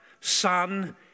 Son